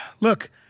Look